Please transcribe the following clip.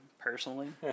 personally